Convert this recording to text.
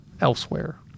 elsewhere